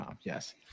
Yes